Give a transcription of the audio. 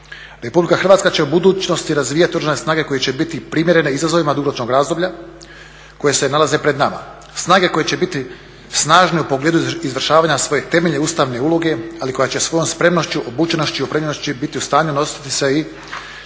realizaciju. RH će u budućnosti razvijati oružane snage koje će biti primjerene izazovima dugoročnog razdoblja koje se nalaze pred nama. Snage koje će biti snažne u pogledu izvršavanja svoje temeljne ustavne uloge, ali koja će svojom spremnošću, obučenošću i opremljenosti biti u stanju nositi i